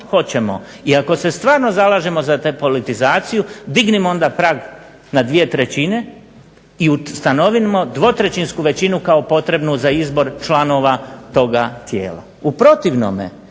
i ako se stvarno zalažemo za depolitizaciju dignimo onda prag na dvije trećine i ustanovimo dvotrećinsku većinu kao potrebnu za izbor članova toga tijela.